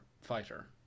fighter